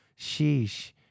Sheesh